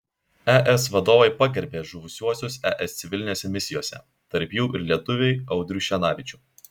es vadovai pagerbė žuvusiuosius es civilinėse misijose tarp jų ir lietuvį audrių šenavičių